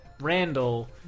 Randall